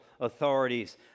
authorities